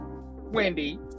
Wendy